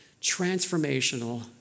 transformational